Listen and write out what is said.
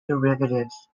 derivatives